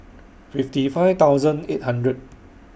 fifty five thousand eight hundred